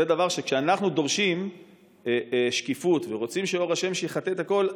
זה דבר שכשאנחנו דורשים שקיפות ורוצים שאור השמש יחטא את הכול,